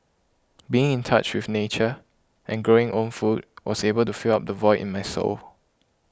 being in touch with nature and growing own food was able to fill up the void in my soul